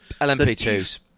LMP2s